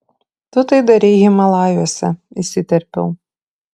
tu tai darei himalajuose įsiterpiau